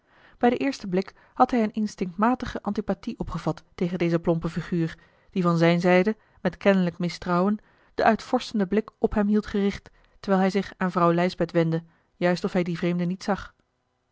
bij den eersten blik had hij eene instinctmatige antipathie opgevat tegen deze plompe figuur die van zijne zijde met kennelijk mistrouwen den uitvorschenden blik op hem hield gericht terwijl hij zich aan vrouw lijsbeth wendde juist of hij dien vreemde niet zag